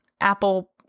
apple